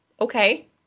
okay